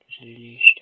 released